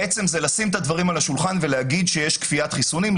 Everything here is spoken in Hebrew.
בעצם זה לשים את הדברים על השולחן ולהגיד שיש כפיית חיסונים,